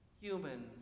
human